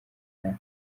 nta